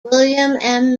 william